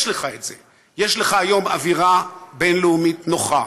יש לך את זה, יש לך היום אווירה בין-לאומית נוחה,